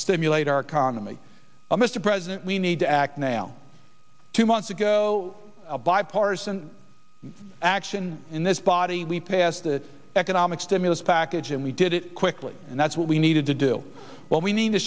stimulate our economy mr president we need to act now two months ago a bipartisan action in this body we passed the economic stimulus package and we did it quickly and that's what we needed to do what we need to